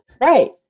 right